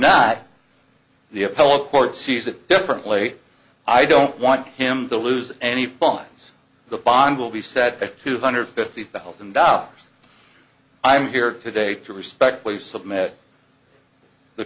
not the appellate court sees it differently i don't want him to lose any fines the bond will be set at two hundred fifty thousand dollars i'm here today to respectfully submit the